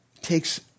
takes